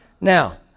Now